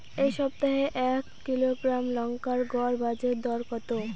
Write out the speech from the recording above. এই সপ্তাহে এক কিলোগ্রাম লঙ্কার গড় বাজার দর কত?